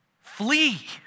flee